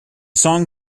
song